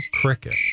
cricket